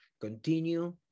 continue